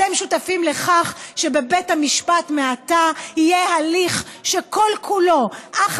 אתם שותפים לכך שבבית המשפט מעתה יהיה הליך שכל-כולו אך